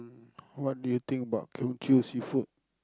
what do you think about seafood